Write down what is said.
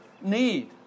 need